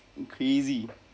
crazy